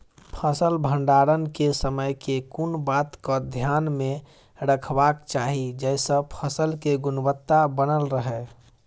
फसल भण्डारण केँ समय केँ कुन बात कऽ ध्यान मे रखबाक चाहि जयसँ फसल केँ गुणवता बनल रहै?